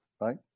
right